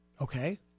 Okay